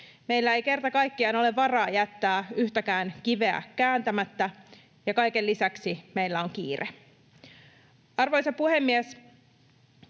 Meillä ei kerta kaikkiaan ole varaa jättää yhtäkään kiveä kääntämättä, ja kaiken lisäksi meillä on kiire. Arvoisa puhemies!